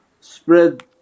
spread